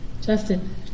Justin